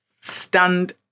Stunned